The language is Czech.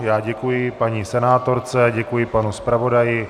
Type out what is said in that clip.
Já děkuji paní senátorce, děkuji panu zpravodaji.